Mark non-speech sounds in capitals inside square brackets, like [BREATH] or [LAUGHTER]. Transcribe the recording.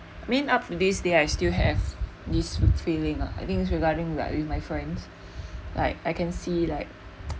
mean up to this day I still have this feeling ah I think it's regarding right with my friends [BREATH] like I can see like